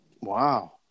Wow